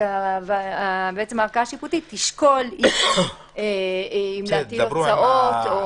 הערכאה השיפוטית תשקול אם להטיל הוצאות.